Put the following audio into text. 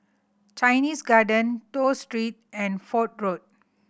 Chinese Garden Toh Street and Fort Road